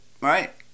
Right